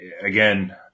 again